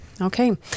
Okay